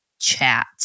chat